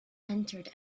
entered